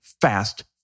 Fast